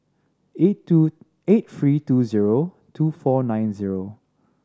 eight two eight three two zero two four nine zero